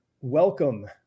welcome